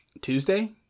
Tuesday